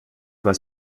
was